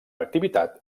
activitat